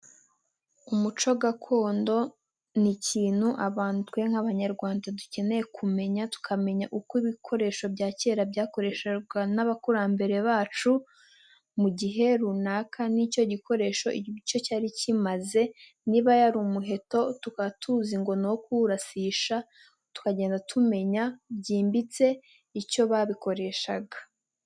Umuco gakondo, n'ikintu abantu twe nk'abanyarwanda dukeneye kumenya tukamenya uko ibikoresho bya kera byakoreshwaga n'abakurambere bacu, mu gihe runaka n'icyo gikoresho icyo cyari kimaze niba yari umuheto tukaba tuzi ngo n'uwo kuwurasisha tukagenda tumenya byimbitse icyo babikoreshaga.